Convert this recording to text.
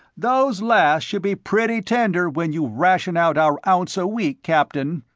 those last should be pretty tender when you ration out our ounce a week, captain.